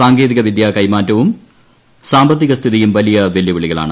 സാങ്കേതിക വിദ്യാ കൈമാറ്റവും സാമ്പത്തിക സ്ഥിതിയും വലിയ വെല്ലുവിളികളാണ്